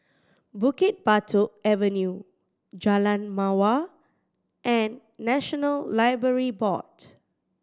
Bukit Batok Avenue Jalan Mawar and National Library Board